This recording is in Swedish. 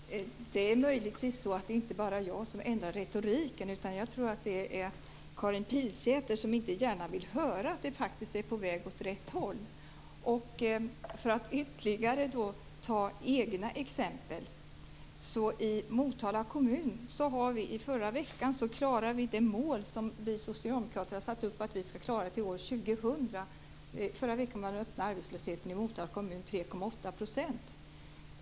Herr talman! Det är möjligtvis så att det inte bara är jag som ändrar retoriken utan jag tror att det är Karin Pilsäter som inte gärna vill höra att det faktiskt är på väg åt rätt håll. För att ta ytterligare några egna exempel vill jag nämna att vi i Motala kommun i förra veckan klarade det mål som vi socialdemokrater satt upp att vi skall klara till år 2000. Förra veckan var den öppna arbetslösheten i Motala kommun 3,8 %.